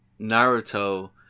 Naruto